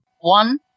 one